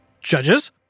Judges